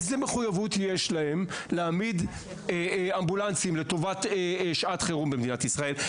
איזו מחויבות יש להם להעמיד אמבולנסים לטובת שעת חירום במדינת ישראל?